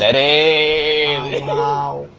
a ah